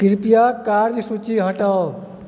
कृपया कार्य सूची हटाउ